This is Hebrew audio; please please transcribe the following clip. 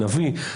נביא.